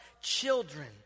children